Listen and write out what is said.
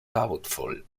doubtful